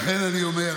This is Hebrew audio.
לכן אני אומר,